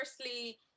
Firstly